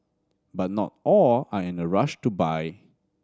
but not all are in a rush to buy